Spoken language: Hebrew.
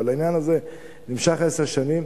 אבל העניין הזה נמשך עשר שנים.